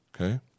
okay